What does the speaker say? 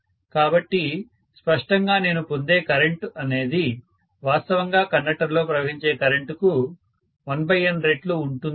కాబట్టి స్పష్టంగా నేను పొందే కరెంటు అనేది వాస్తవంగా కండక్టర్ లో ప్రవహించే కరెంటుకు 1N రెట్లు ఉంటుంది